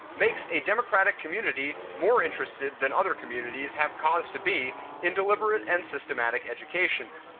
makes a democratic community more interested than other communities have cause to be in deliberate and systematic education.